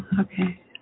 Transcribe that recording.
Okay